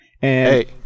Hey